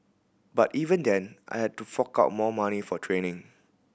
but even then I had to fork out more money for training